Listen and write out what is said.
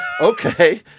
Okay